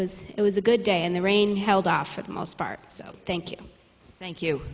was it was a good day and the rain held off for the most part so thank you thank you